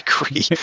agree